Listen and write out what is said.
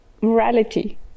morality